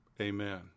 Amen